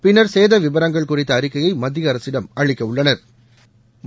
பின்னா் சேத விவரங்கள் குறித்த அறிக்கையை மத்திய அரசிடம் அளிக்க உள்ளனா்